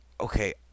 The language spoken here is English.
Okay